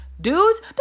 Dudes